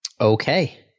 Okay